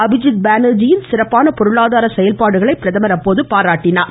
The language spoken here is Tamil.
அமிஜித் பானர்ஜியின் சிறப்பான பொருளாதார செயல்பாடுகளை பிரதமர் பாராட்டினார்